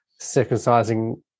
circumcising